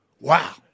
Wow